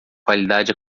qualidade